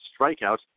strikeouts